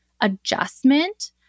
adjustment